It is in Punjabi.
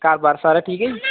ਘਰ ਬਾਰ ਸਾਰਾ ਠੀਕ ਹੈ ਜੀ